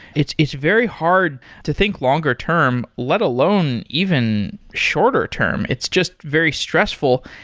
it's it's very hard to think longer term, let alone even shorter term. it's just very stressful.